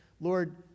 Lord